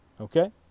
Okay